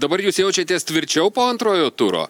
dabar jūs jaučiatės tvirčiau po antrojo turo